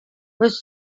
was